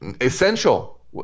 Essential